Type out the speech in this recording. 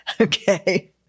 Okay